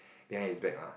behind his back lah